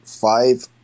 five